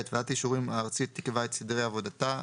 (ב)ועדת האישורים הארצית תקבע את סדרי עבודתה,